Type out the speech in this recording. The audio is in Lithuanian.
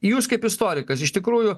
jūs kaip istorikas iš tikrųjų